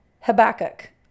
Habakkuk